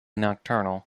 nocturnal